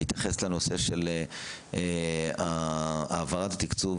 להתייחס לנושא של העברת התקצוב,